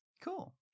Cool